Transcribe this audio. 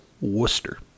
Worcester